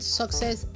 success